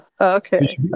okay